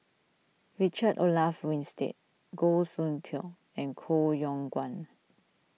Richard Olaf Winstedt Goh Soon Tioe and Koh Yong Guan